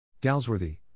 Galsworthy